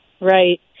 right